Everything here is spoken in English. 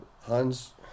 Hans